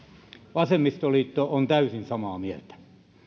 vasemmistoliitto on täysin samaa mieltä